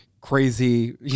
crazy